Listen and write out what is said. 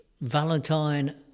Valentine